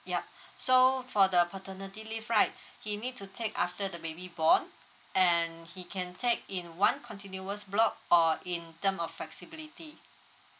yup so for the paternity leave right he need to take after the baby born and he can take in one continuous block or in term of flexibility